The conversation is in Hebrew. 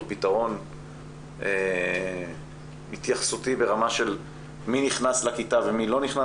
פתרון יכול להיות התייחסותי ברמה של מי נכנס לכיתה ומי לא,